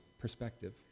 perspective